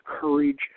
courage